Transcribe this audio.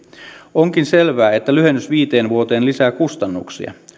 onkin selvää että lyhennys viiteen vuoteen lisää kustannuksia